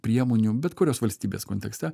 priemonių bet kurios valstybės kontekste